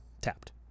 tapped